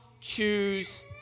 choose